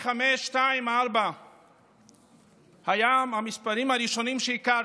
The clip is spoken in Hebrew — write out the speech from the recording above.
8524 היו המספרים הראשונים שהכרתי.